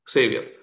Savior